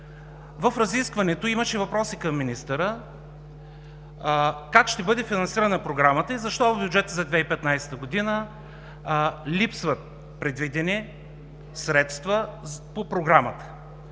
В разискването имаше въпроси към министъра – как ще бъде финансирана Програмата и защо в бюджета за 2015 г. липсват предвидени средства по Програмата.